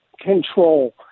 control